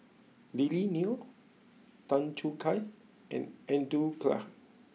Lily Neo Tan Choo Kai and Andrew Clarke